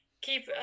keep